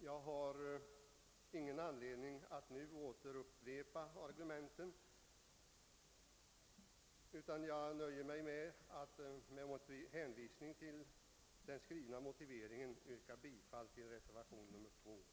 Jag har ingen anledning att nu upprepa argumenten utan nöjer mig med att med hänvisning till den skrivna motiveringen yrka bifall till reservationen 2.